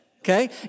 Okay